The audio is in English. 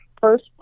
first